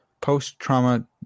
Post-trauma –